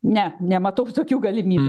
ne nematau tokių galimybių